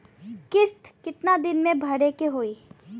किस्त कितना भरे के होइ?